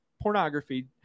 pornography